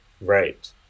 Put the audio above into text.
right